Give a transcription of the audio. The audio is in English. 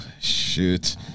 shoot